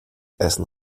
essen